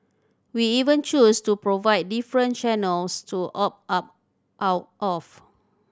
we even choose to provide different channels to opt up out of